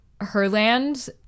Herland